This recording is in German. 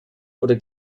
oder